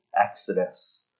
exodus